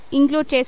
include